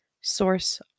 source